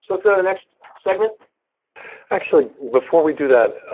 let's go to the next segment actually before we do that.